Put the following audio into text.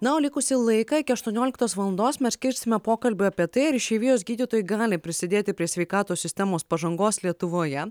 na o likusį laiką iki aštuonioliktos valandos mes skirsime pokalbiui apie tai ar išeivijos gydytojai gali prisidėti prie sveikatos sistemos pažangos lietuvoje